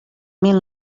mil